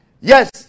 Yes